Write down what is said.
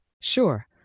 Sure